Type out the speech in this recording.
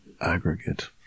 Aggregate